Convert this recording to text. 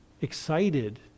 excited